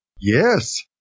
Yes